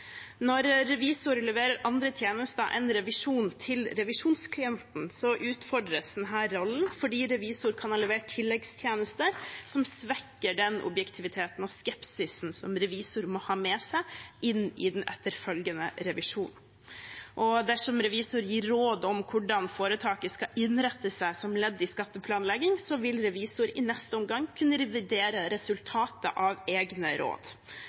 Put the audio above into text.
Når revisor leverer andre tjenester enn revisjon til revisjonsklienten, utfordres denne rollen, fordi revisor kan ha levert tilleggstjenester som svekker den objektiviteten og skepsisen som revisor må ha med seg inn i den etterfølgende revisjonen. Dersom revisor gir råd om hvordan foretaket skal innrette seg som ledd i skatteplanlegging, vil revisor i neste omgang kunne revidere resultatet av egne råd.